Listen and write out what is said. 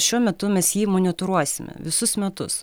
šiuo metu mes jį monitoruosim visus metus